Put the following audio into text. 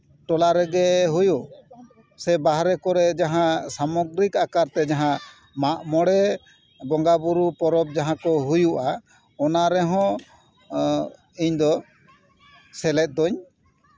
ᱴᱚᱞᱟ ᱨᱮᱜᱮ ᱦᱩᱭᱩᱜ ᱥᱮ ᱵᱟᱦᱨᱮ ᱠᱚᱨᱮᱜ ᱡᱟᱦᱟᱸ ᱥᱟᱢᱚᱜᱽᱨᱤᱠ ᱟᱠᱟᱨ ᱛᱮ ᱡᱟᱦᱟᱸ ᱢᱟᱜ ᱢᱚᱬᱮ ᱵᱚᱸᱜᱟᱼᱵᱩᱨᱩ ᱯᱚᱨᱚᱵᱽ ᱡᱟᱦᱟᱸ ᱠᱚ ᱦᱩᱭᱩᱜᱼᱟ ᱚᱱᱟ ᱨᱮᱦᱚᱸ ᱤᱧ ᱫᱚ ᱥᱮᱞᱮᱫ ᱫᱩᱧ